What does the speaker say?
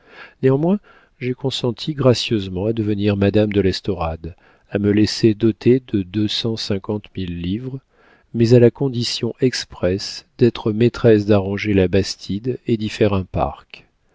néanmoins j'ai consenti gracieusement à devenir madame de l'estorade à me laisser doter de deux cent cinquante mille livres mais à la condition expresse d'être maîtresse d'arranger la bastide et d'y faire un parc